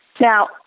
Now